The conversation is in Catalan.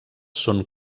són